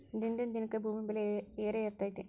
ದಿನದಿಂದ ದಿನಕ್ಕೆ ಭೂಮಿ ಬೆಲೆ ಏರೆಏರಾತೈತಿ